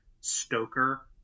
Stoker